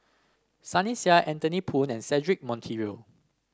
Sunny Sia Anthony Poon and Cedric Monteiro